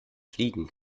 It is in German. fliegen